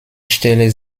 stelle